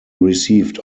received